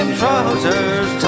trousers